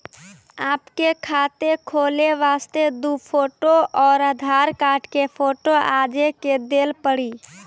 आपके खाते खोले वास्ते दु फोटो और आधार कार्ड के फोटो आजे के देल पड़ी?